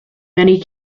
many